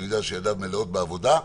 אני יודע שידיו מלאות בעבודה.